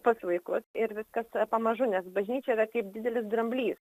pas vaikus ir viskas pamažu nes bažnyčia yra kaip didelis dramblys